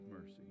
mercy